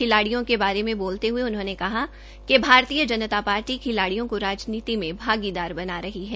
खिलाडियों के बारे बोलते हये उन्होंने कहा कि भारतीय जनता पार्टी खिलाडियों को राजनीति में भागीदार बना रही है